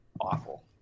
awful